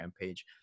page